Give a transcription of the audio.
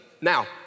Now